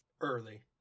Early